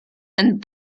and